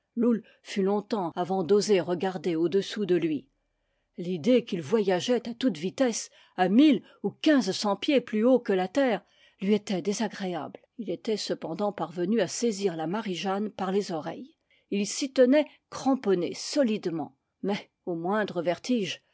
fut long temps avant d'oser regarder au-dessous de lui l'idée qu'il voyageait à toute vitesse à mille ou quinze cents pieds plus haut que la terre lui était désagréable il était cependant parvenu à saisir la marie-jeanne par les oreilles il s'y tenait cramponné solidement mais au